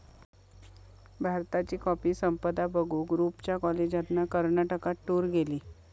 भारताची कॉफी संपदा बघूक रूपच्या कॉलेजातना कर्नाटकात टूर गेली